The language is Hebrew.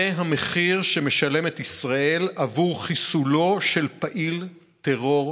זה המחיר שמשלמת ישראל עבור חיסולו של פעיל טרור בעזה.